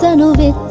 so know me.